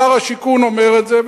שר השיכון אומר את זה,